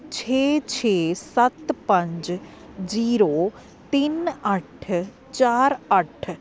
ਛੇ ਛੇ ਸੱਤ ਪੰਜ ਜ਼ੀਰੋ ਤਿੰਨ ਅੱਠ ਚਾਰ ਅੱਠ